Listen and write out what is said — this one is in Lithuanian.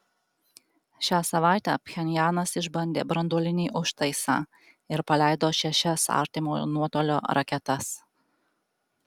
šią savaitę pchenjanas išbandė branduolinį užtaisą ir paleido šešias artimojo nuotolio raketas